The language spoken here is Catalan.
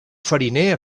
fariner